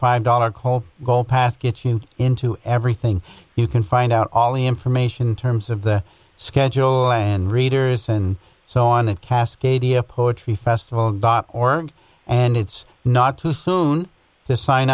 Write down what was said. five dollar cold go pass gets you into everything you can find out all the information terms of the schedule and readers and so on it cascadia poetry festival dot org and it's not too soon to sign